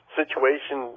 situation